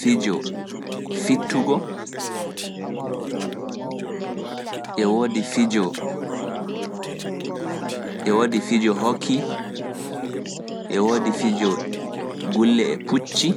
fijo fittugo, fijo hokki, fijo gulle e pucci.